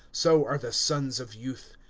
so are the sons of youth.